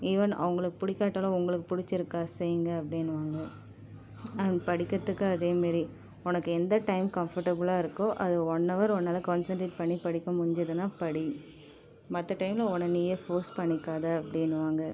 even அவங்களுக்கு பிடிக்காட்டாலும் உங்களுக்கு பிடிச்சிருக்கா செய்யுங்க அப்படின்னுவாங்க அண்ட் படிக்கிறதுக்கும் அதேமாரி உனக்கு எந்த டைம் கம்ஃபர்ட்டபுலாக இருக்கோ அதை ஒன்னவர் உன்னால கான்சென்ட்ரேட் பண்ணி படிக்க முடிஞ்சுதுன்னால் படி மற்ற டைம்ல உன்ன நீயே ஃபோர்ஸ் பண்ணிக்காத அப்படின்னுவாங்க